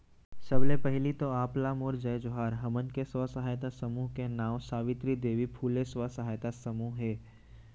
सबले पहिली तो आप ला मोर जय जोहार, हमन के स्व सहायता समूह के नांव सावित्री देवी फूले स्व सहायता समूह हे